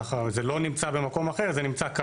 ככה, זה לא נמצא במקום אחר, זה נמצא כאן.